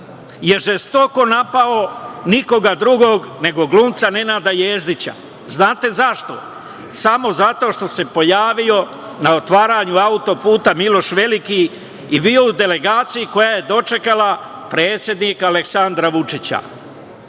je žestoko napao nikoga drugog, nego glumca Nenada Jezdića. Znate zašto? Samo zato što se pojavio na otvaranju autoputa Miloš Veliki i bio u delegaciji koja je dočekala predsednika Aleksandra Vučića.